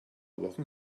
wochen